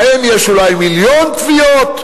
להם יש אולי מיליון תביעות.